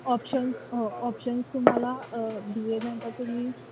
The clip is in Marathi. ऑप्शन्स हो ऑप्शन्स तुम्हाला बी ए नंतर तुम्ही